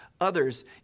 others